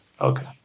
Okay